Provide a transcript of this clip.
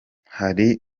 hari